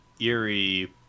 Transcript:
eerie